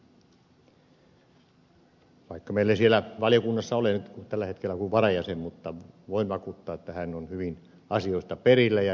vaikka meillä ei siellä valiokunnassa ole nyt tällä hetkellä kuin varajäsen voin vakuuttaa että hän on hyvin asioista perillä ja ryhmä tietää missä mennään